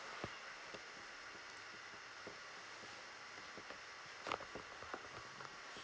mm